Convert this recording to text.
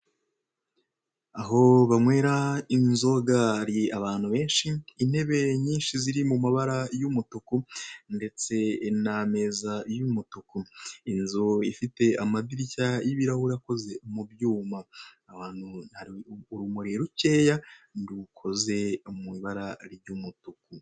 Aho banywera inzoga hari abantu benshi, intebe nyinshi ziri mumabara y'umutuku, ndeste n'ameza y'umutuku, inzu ifite amadirishya y'ibirahure akoze mubyuma, aho hantu hari urumuri rukeya rukoze mu ibara ry'umutuku.